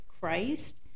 Christ